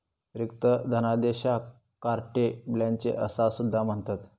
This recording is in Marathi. रिक्त धनादेशाक कार्टे ब्लँचे असा सुद्धा म्हणतत